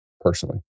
personally